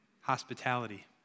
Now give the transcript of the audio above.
hospitality